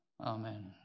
Amen